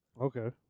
Okay